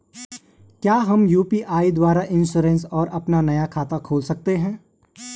क्या हम यु.पी.आई द्वारा इन्श्योरेंस और अपना नया खाता खोल सकते हैं?